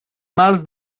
mals